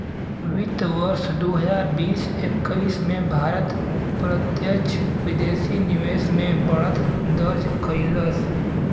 वित्त वर्ष दू हजार बीस एक्कीस में भारत प्रत्यक्ष विदेशी निवेश में बढ़त दर्ज कइलस